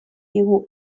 digu